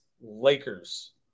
lakers